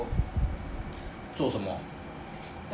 做什么